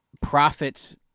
profits